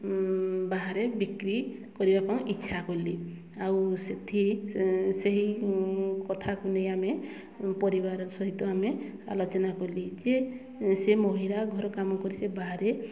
ବାହାରେ ବିକ୍ରି କରିବାକୁ ଇଚ୍ଛା କଲି ଆଉ ସେଥି ସେହି କଥାକୁ ନେଇ ଆମେ ପରିବାର ସହିତ ଆମେ ଆଲୋଚନା କଲି ଯେ ସେ ମହିଳା ଘର କାମ କରି ସେ ବାହାରେ